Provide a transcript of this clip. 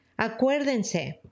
Acuérdense